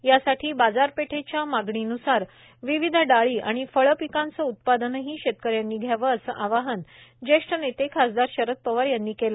यासाठी बाजारपेठेच्या मागणीनुसार विविध डाळी आणि फळपिकांचं उत्पादनही शेतकऱ्यांनी घ्यावं असं आवाहन ज्येष्ठ नेते खासदार खासदार शरद पवार यांनी केलं